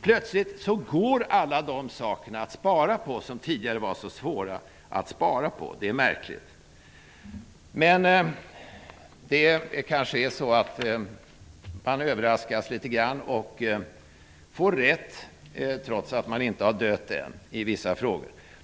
Plötsligt går det att spara på alla de saker där det tidigare var så svårt att göra det. Det är märkligt. Nu kanske det är så att man blir litet överraskad och får rätt i vissa frågor trots att man inte har dött än.